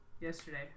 yesterday